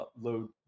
load